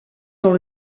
dans